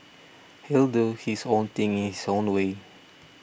he'll do his own thing in his own way